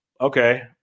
okay